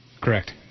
Correct